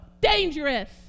dangerous